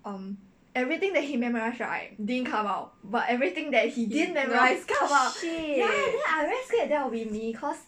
um everything that he memorise right didn't come out about but everything that he didn't memorise come out then I very scared that will be me cause